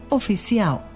Oficial